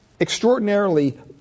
extraordinarily